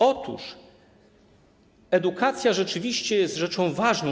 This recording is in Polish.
Otóż edukacja rzeczywiście jest rzeczą ważną.